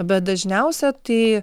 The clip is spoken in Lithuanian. bet dažniausia tai